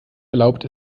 erlaubt